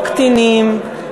לא קטינים,